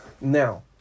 Now